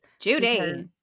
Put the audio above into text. Judy